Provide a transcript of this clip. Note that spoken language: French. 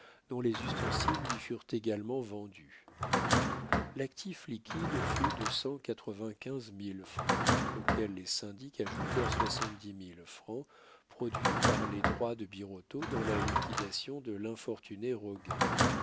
dont les ustensiles lui furent également vendus l'actif liquide fut de cent quatre-vingt-quinze mille francs auxquels les syndics ajoutèrent soixante-dix mille francs produits par les droits de birotteau dans la liquidation de